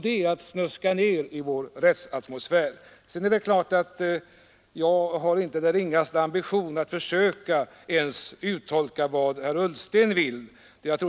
Det är att snuska ned i vår rättsmiljö. Jag har inte den ringaste ambition att ens försöka uttolka vad herr Ullsten vill.